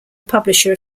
publisher